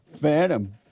Phantom